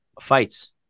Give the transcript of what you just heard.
fights